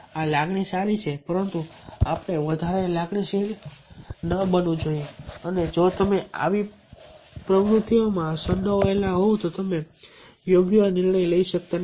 આ લાગણી સારી છે પરંતુ આપણે વધારે લાગણીશીલ ન બનવું જોઈએ અને જો તમે આવી પ્રવૃત્તિઓમાં સંડોવાયેલા હોવ તો અમે યોગ્ય નિર્ણય લઈ શકતા નથી